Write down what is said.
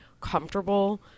comfortable